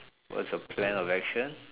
what's your plan of action